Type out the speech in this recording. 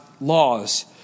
laws